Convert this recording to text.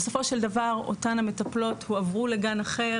בסופו של דבר אותן סייעות הועברו לגן אחר